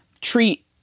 treat